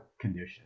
condition